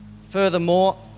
Furthermore